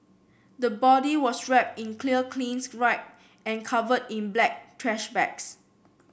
the body was wrapped in clear cling wrap and covered in black trash bags